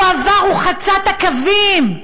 הוא עבר, חצה את הקווים.